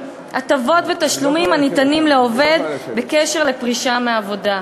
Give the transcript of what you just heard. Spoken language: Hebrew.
6. הטבות ותשלומים הניתנים לעובד בקשר לפרישה מעבודה".